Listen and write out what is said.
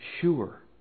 sure